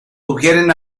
sugieren